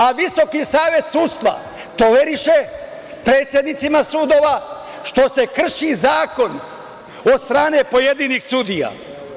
A Visoki savet sudstva toleriše predsednicima sudova što se krši zakon od strane pojedinih sudija.